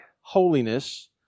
holiness